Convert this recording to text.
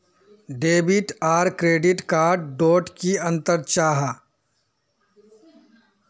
Debit आर credit card डोट की अंतर जाहा?